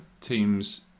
teams